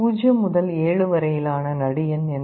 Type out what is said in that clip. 0 முதல் 7 வரையிலான நடு எண் என்ன